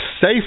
safe